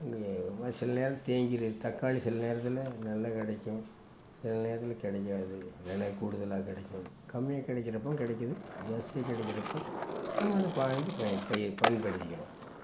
சில நேரம் தேங்கியிருக்க தக்காளி சில நேரத்தில் நல்லா கிடைக்கும் சில நேரத்தில் கிடைக்காது வெல கூடுதலாக கிடைக்கும் கம்மியாக கிடைக்கிறப்பவும் கிடைக்கிது ஜாஸ்தியாக கிடைக்கிறப்போ நம்ம வந்து வாங்கி பயன் பயிர் பயன்படுத்திக்கிறோம்